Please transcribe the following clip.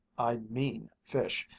i mean fish,